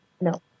no